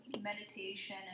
meditation